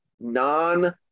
non